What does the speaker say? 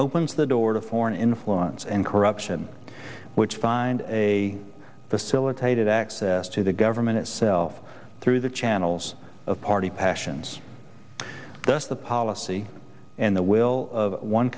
opens the door to foreign influence and corruption which find a facilitated access to the government itself through the channels of party passions thus the policy and the will of one